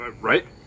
Right